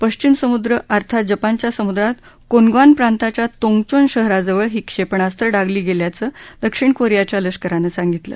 पश्चिम समुद्र अर्थात जपानच्या समुद्रात कोनग्वान प्रांताच्या तोंगचोंन शहराजवळ ही क्षेपणास्त्र डागली गेल्याचं दक्षिण कोरियाच्या लष्करानं सांगितलं